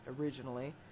originally